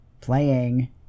playing